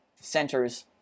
centers